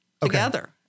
together